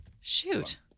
shoot